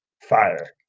Fire